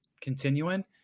continuing